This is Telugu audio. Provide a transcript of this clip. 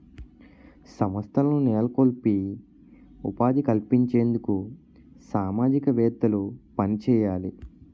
సంస్థలను నెలకొల్పి ఉపాధి కల్పించేందుకు సామాజికవేత్తలు పనిచేయాలి